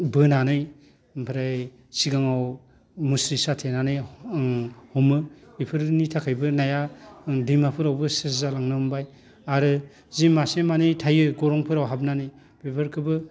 बोनानै ओमफ्राय सिगाङाव मुस्रि साथेनानै उम हमो बेफोरनि थाखायबो नाया दैमाफोरावबो सेस जालांनो हमबाय आरो जि मासे मानै थायो गरंफोराव हाबनानै बेफोरखौबो